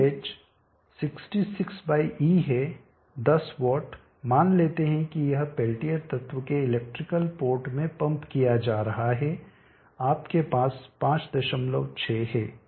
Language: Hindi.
QH 66 बाय E है 10 वाट मान लेते हैं कि यह पेल्टियर तत्व के इलेक्ट्रिकल पोर्ट में पंप किया जा रहा है आपके पास 56 है